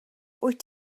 wyt